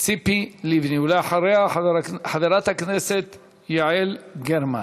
ציפי לבני, ולאחריה, חברת הכנסת יעל גרמן.